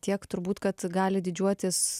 tiek turbūt kad gali didžiuotis